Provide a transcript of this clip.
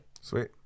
sweet